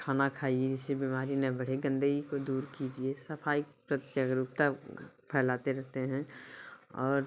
खाना खाइए जिससे बीमारी न बढ़े गंदगी को दूर कीजिए सफाई पे जागरूकता फैलाते रहते हैं और